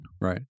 Right